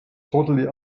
totally